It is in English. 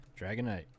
Dragonite